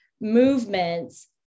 movements